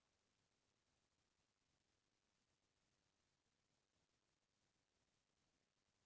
मछली पालन बर कम से कम कतका गड्डा तालाब म होये बर चाही?